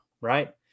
right